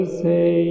say